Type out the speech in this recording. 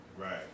Right